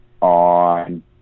on